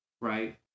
Right